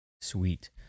sweet